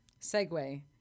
segue